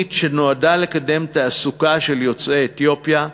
תוכנית שנועדה לקדם תעסוקה של יוצאי אתיופיה,